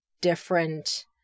different